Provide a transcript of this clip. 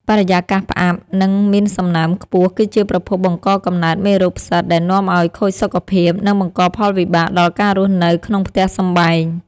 បរិយាកាសផ្អាប់ និង មានសំណើមខ្ពស់គឺជាប្រភពបង្កកំណើតមេរោគផ្សិតដែលនាំឱ្យខូចសុខភាព និង បង្កផលវិបាកដល់ការរស់នៅក្នុងផ្ទះសម្បែង។